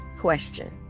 question